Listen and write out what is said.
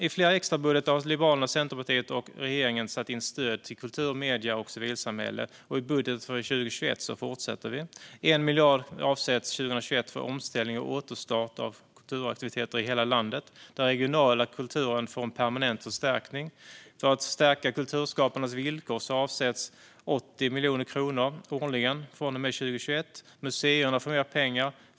I flera extrabudgetar har Liberalerna, Centerpartiet och regeringen satt in stöd till kultur, medier och civilsamhället, och i budgeten för 2021 fortsätter vi. 1 miljard avsätts under 2021 för omställning och återstart av kulturaktiviteter i hela landet, där den regionala kulturen får en permanent förstärkning. För att stärka kulturskaparnas villkor avsätts 80 miljoner kronor årligen från och med 2021. Museerna får mer pengar.